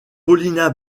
paulina